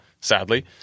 sadly